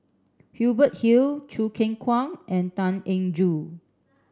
Hubert Hill Choo Keng Kwang and Tan Eng Joo